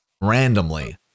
randomly